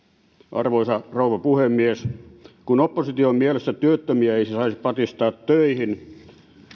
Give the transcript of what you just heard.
arvoisa rouva puhemies kun opposition mielestä työttömiä ei saisi patistaa töihin